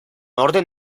orden